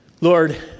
Lord